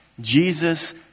Jesus